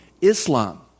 Islam